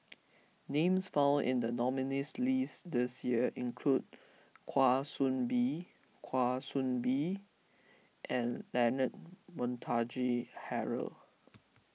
names found in the nominees' list this year include Kwa Soon Bee Kwa Soon Bee and Leonard Montague Harrod